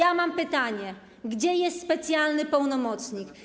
To ja mam pytanie: Gdzie jest specjalny pełnomocnik?